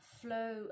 flow